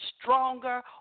stronger